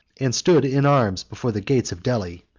and stood in arms before the gates of delhi,